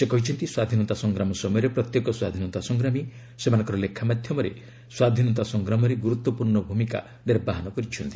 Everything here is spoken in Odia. ସେ କହିଛନ୍ତି ସ୍ୱାଧୀନତା ସଂଗ୍ରାମ ସମୟରେ ପ୍ରତ୍ୟେକ ସ୍ୱାଧୀନତା ସଂଗ୍ରାମୀ ସେମାନଙ୍କ ଲେଖା ମାଧ୍ୟମରେ ସ୍ୱାଧୀନତା ସଂଗ୍ରାମରେ ଗୁରୁତ୍ୱପୂର୍ଣ୍ଣ ଭୂମିକା ନିର୍ବାହନ କରିଛନ୍ତି